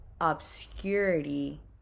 obscurity